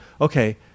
okay